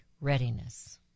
readiness